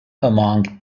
among